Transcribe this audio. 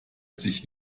sich